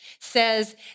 says